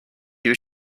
you